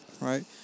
right